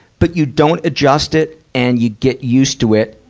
but you don't adjust it and you get used to it.